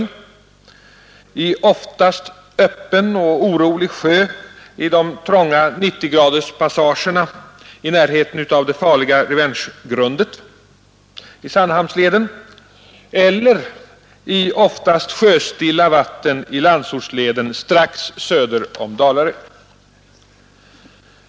Skulle kommunikationsministern göra manövern i oftast öppen och orolig sjö i de trånga 90-graderspassagerna i närheten av det farliga Revengegrundet i Sandhamnsleden, eller i oftast sjöstilla vatten i Landsortsleden strax söder om Dalarö?